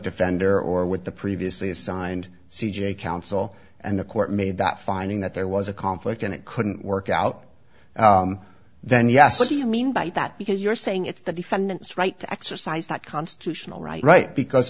defender or with the previously assigned c j counsel and the court made that finding that there was a conflict and it couldn't work out then yes what do you mean by that because you're saying it's the defendant's right to exercise that constitutional right because